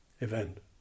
event